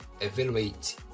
evaluate